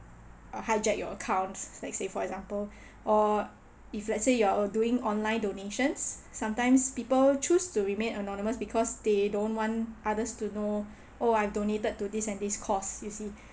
uh hijack your account like let's say for example or if let's say you are doing online donations sometimes people choose to remain anonymous because they don't want others to know oh I donated to this and this cause you see